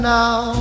now